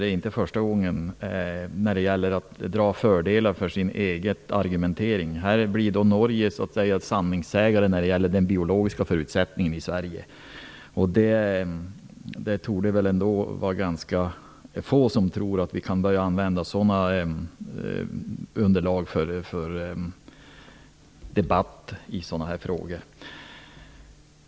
Det är inte första gången hon drar fördel av det för sin egen argumentering. Norge blir sanningssägare när det gäller den biologiska förutsättningen i Sverige. Det torde väl ändå vara få som tror att vi kan börja använda ett sådant underlag för debatt i sådana här frågor.